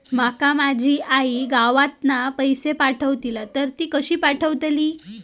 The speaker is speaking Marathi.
माका माझी आई गावातना पैसे पाठवतीला तर ती कशी पाठवतली?